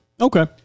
okay